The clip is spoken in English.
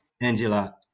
Angela